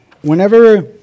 whenever